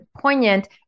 poignant